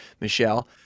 Michelle